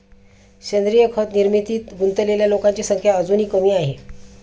सेंद्रीय खत निर्मितीत गुंतलेल्या लोकांची संख्या अजूनही कमी आहे